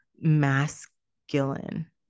masculine